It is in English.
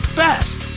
best